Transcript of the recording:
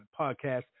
podcast